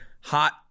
hot